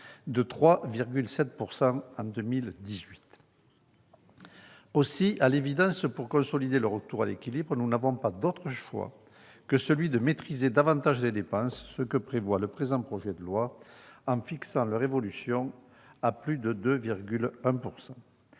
de 3,7 % en 2018. Aussi, à l'évidence, pour consolider le retour à l'équilibre, nous n'avons pas d'autre choix que celui de maîtriser davantage les dépenses, ce que prévoit le projet de loi en fixant leur augmentation à 2,1 %.